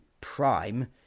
prime